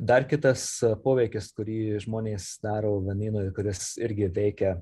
dar kitas poveikis kurį žmonės daro vanynui kuris irgi veikia